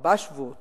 כארבעה שבועות